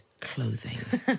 clothing